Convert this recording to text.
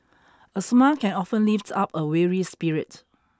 a smile can often lift up a weary spirit